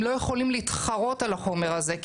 הם לא יכולים להתחרות על החומר הזה.